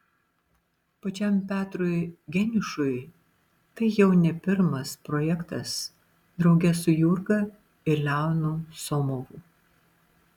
pačiam petrui geniušui tai jau ne pirmas projektas drauge su jurga ir leonu somovu